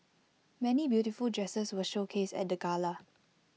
many beautiful dresses were showcased at the gala